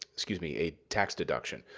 excuse me a tax deduction.